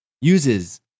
uses